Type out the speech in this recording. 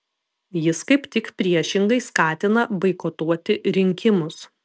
jis kaip tik priešingai skatina boikotuoti rinkimus